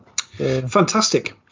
Fantastic